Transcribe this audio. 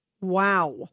Wow